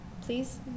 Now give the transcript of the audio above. please